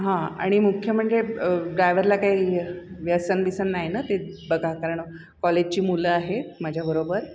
हां आणि मुख्य म्हणजे ड्रायवरला काही व्यसन विसन नाय नं ते बघा कारण कॉलेजची मुलं आहे माझ्या बरोबर